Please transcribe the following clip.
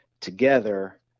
together